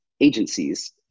agencies